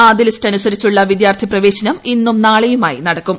ആദ്യ ലിസ്റ് അനുസരിച്ചുള്ള വിദ്യാർത്ഥി പ്രവേശനം ഇന്നും നാളെയുമായി നടക്കും